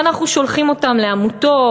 ואנחנו שולחים אותם לעמותות,